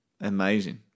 amazing